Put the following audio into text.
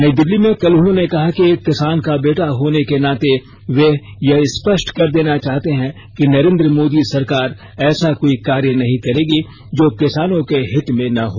नई दिल्ली में कल उन्होंने कहा कि किसान का बेटा होने के नाते वे यह स्पष्ट कर देना चाहते हैं कि नरेन्द्र मोदी सरकार ऐसा कोई कार्य नहीं करेगी जो किसानों के हित में न हो